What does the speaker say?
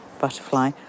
butterfly